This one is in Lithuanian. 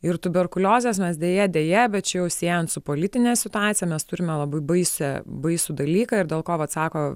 ir tuberkuliozės mes deja deja bet čia jau siejant su politine situacija mes turime labai baisią baisų dalyką ir dėl ko vat sako